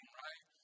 right